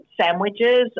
sandwiches